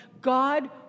God